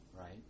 right